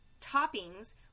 toppings